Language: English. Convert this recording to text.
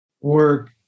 work